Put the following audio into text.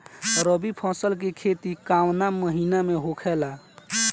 रवि फसल के खेती कवना महीना में होला?